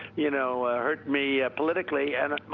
you know, hurt me politically. and